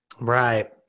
Right